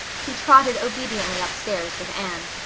he trotted obediently upstairs with anne.